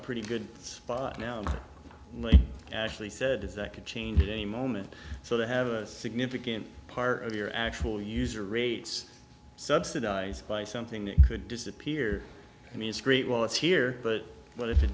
a pretty good spot now actually said if that could change at any moment so they have a significant part of your actual user rates subsidized by something that could disappear i mean it's great while it's here but what if it